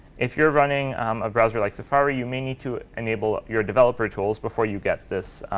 if you're running a browser like safari, you may need to enable your developer tools before you get this